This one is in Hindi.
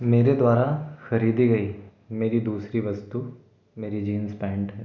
मेरे द्वारा खरीदी गई मेरी दूसरी वस्तु मेरी जींस पैंट है